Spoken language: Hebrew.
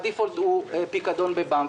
הדיפולט הוא פיקדון בבנק.